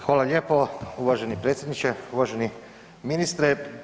Hvala lijepo uvaženi predsjedniče, uvaženi ministre.